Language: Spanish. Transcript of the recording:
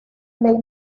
ley